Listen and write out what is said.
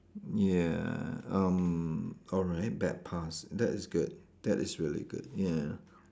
ya um alright bad past that is good that is really good ya